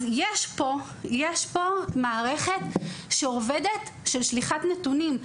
אז יש פה מערכת שעובדת, של שליחת נתונים.